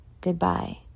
goodbye